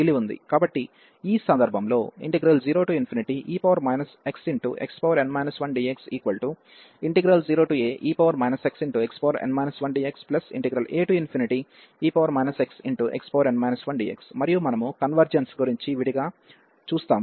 కాబట్టి ఈ సందర్భంలో 0e xxn 1dx0ae xxn 1dxae xxn 1dx మరియు మనము కన్వెర్జెన్స్ గురించి విడిగా చర్చిస్తాము